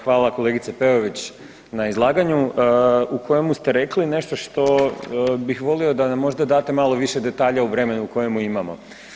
Hvala kolegice Peović na izlaganju u kojemu ste rekli nešto što bih volio da nam možda date malo više detalja o vremenu u kojemu imamo.